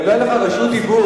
אם לא היתה לך רשות דיבור,